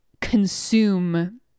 consume